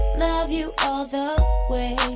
love you all the way